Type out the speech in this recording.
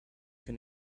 can